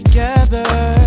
Together